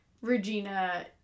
Regina